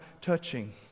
Touching